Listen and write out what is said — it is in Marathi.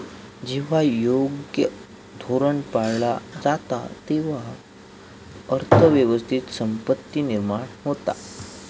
जेव्हा योग्य धोरण पाळला जाता, तेव्हा अर्थ व्यवस्थेत संपत्ती निर्माण होता